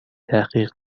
تحقیق